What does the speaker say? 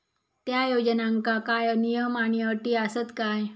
त्या योजनांका काय नियम आणि अटी आसत काय?